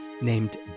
named